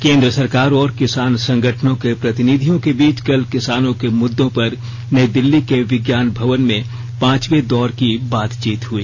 केन्द्र सरकार और किसान संगठनों के प्रतिनिधियों के बीच कल किसानों के मुद्दों पर नयी दिल्ली के विज्ञान भवन में पांचवे दौर की बातचीत हुई